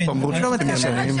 איפה אמרו שופטים ימנים?